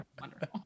wonderful